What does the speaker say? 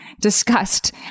discussed